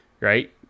right